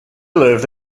lived